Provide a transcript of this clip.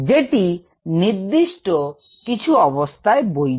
যেটি নির্দিষ্ট কিছু অবস্থায় বৈধ